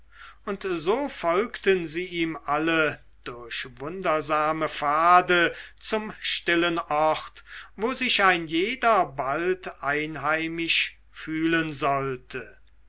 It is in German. und so folgten sie ihm alle durch wundersame pfade zum stillen ort wo sich ein jeder bald einheimisch fühlen sollte